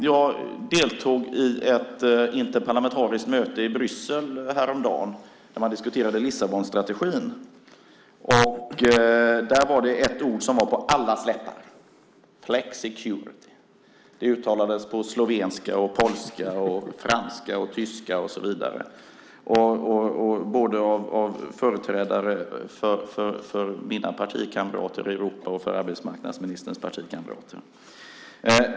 Jag deltog i ett interparlamentariskt möte i Bryssel häromdagen där man diskuterade Lissabonstrategin. Där var det ett ord som var på allas läppar: flexicurity . Det uttalades på slovenska och polska och franska och tyska och så vidare, både av mina partikamrater i Europa och av arbetsmarknadsministerns partikamrater.